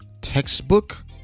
textbook